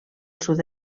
sud